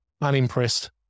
Unimpressed